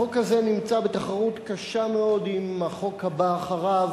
החוק הזה נמצא בתחרות קשה מאוד עם החוק הבא אחריו